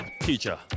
teacher